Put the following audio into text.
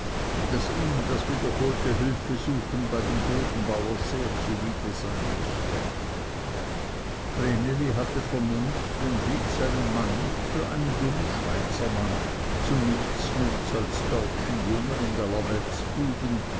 daß ihm das wiederholte hülfesuchen bei dem bodenbauer sehr zuwider sein müßte vreneli hatte vernunft und hielt seinen mann nicht für einen dummen schweizermann zu nichts nutz als deutschen jungen und